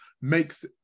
makes